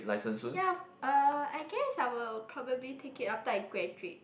ya uh I guess I will probably take it after I graduate